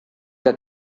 que